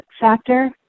factor